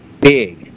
big